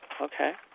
okay